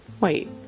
Wait